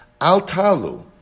Al-Talu